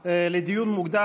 לדיון מוקדם,